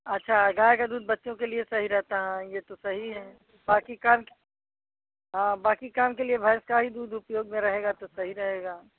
अच्छा गाय का दूध बच्चों के लिए सही रहता है हाँ यह तो सही है बाक़ी का हाँ बाक़ी काम के लिए भैंस का ही दूध उपयोग में रहेगा तो सही रहेगा